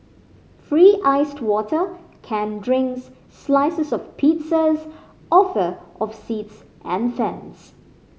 free iced water canned drinks slices of pizzas offer of seats and fans